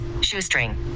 shoestring